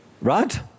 Right